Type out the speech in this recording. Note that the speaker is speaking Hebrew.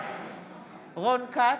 בעד רון כץ,